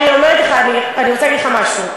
אני אומרת לך, אני רוצה להגיד לך משהו: